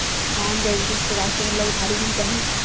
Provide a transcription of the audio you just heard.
Non banking सेवाएं से हमला उधारी मिल जाहि?